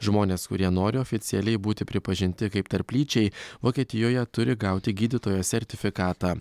žmones kurie nori oficialiai būti pripažinti kaip tarplyčiai vokietijoje turi gauti gydytojo sertifikatą